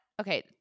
okay